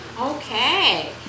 Okay